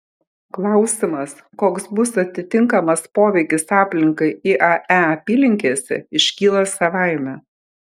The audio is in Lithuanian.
klausimas koks bus atitinkamas poveikis aplinkai iae apylinkėse iškyla savaime